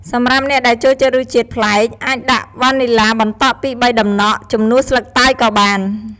សម្រាប់អ្នកដែលចូលចិត្តរសជាតិប្លែក អាចដាក់វ៉ានីឡាបន្តក់ពីរបីដំណក់ ជំនួសស្លឹកតើយក៏បាន។